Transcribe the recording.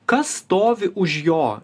kas stovi už jo